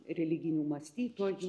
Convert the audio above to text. religinių mąstytojų